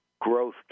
growth